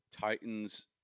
Titans